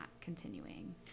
continuing